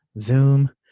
Zoom